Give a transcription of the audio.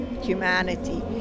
humanity